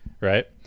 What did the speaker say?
right